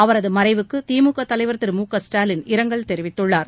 அவரது மறைவுக்கு திமுக தலைவர் திரு மு க ஸ்டாலின் இரங்கல் தெரிவித்துள்ளார்